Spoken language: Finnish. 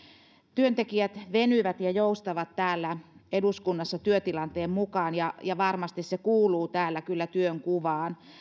työntekijät venyvät ja joustavat täällä eduskunnassa työtilanteen mukaan ja ja varmasti se kuuluu täällä työnkuvaan